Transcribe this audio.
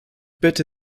bitte